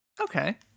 okay